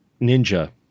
ninja